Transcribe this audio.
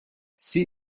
sie